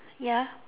ya